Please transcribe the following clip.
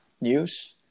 news